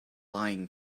lying